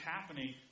happening